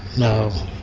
no